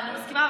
אני מסכימה,